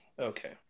Okay